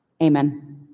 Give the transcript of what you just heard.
Amen